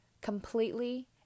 Completely